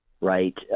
right